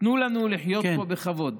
תנו לנו לחיות פה בכבוד.